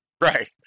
Right